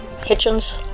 Hitchens